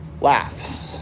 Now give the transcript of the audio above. laughs